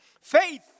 Faith